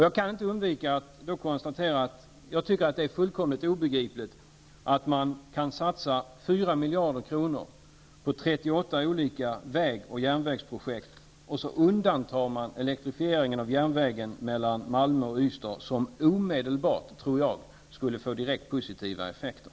Jag kan inte undvika att konstatera att det är fullständigt obegripligt att man kan satsa 4 miljarder kronor på 38 olika väg och järnvägsprojekt och undanta elektrifieringen av järnvägssträckan Malmö--Ystad, som omedelbart, tror jag, skulle få direkt positiva effekter.